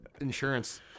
insurance